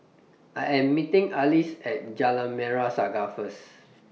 I Am meeting Alease At Jalan Merah Saga First